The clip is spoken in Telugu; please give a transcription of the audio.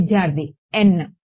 విద్యార్థి n